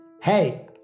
Hey